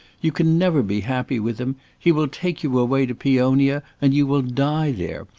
you can never be happy with him! he will take you away to peonia, and you will die there!